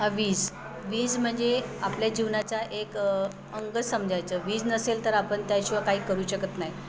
हा वीज वीज म्हणजे आपल्या जीवनाचा एक अंग समजायचं वीज नसेल तर आपण त्याशिवाय काही करू शकत नाही